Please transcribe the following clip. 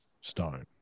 stone